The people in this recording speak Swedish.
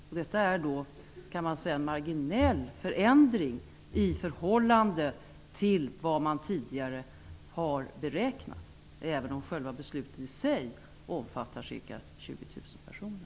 Man kan säga att detta är en marginell förändring i förhållande till vad man tidigare har beräknat, även om beslutet i sig omfattar ca 20 000 personer.